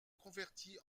convertis